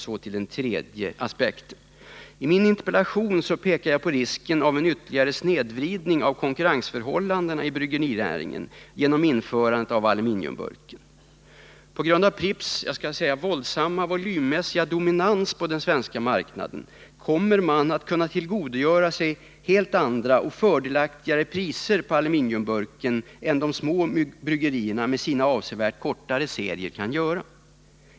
I min interpellation pekar jag på risken av en ytterligare snedvridning av konkurrensförhållandena i bryggerinäringen genom införandet av aluminiumburken. På grund av Pripps våldsamma volymmässiga dominans på den svenska marknaden kommer man att kunna tillgodogöra sig helt andra och fördelaktigare priser på aluminiumburken än de små bryggerierna med sina avsevärt kortare serier kan göra.